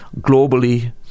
globally